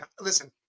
Listen